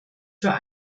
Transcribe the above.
für